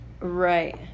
Right